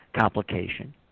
complication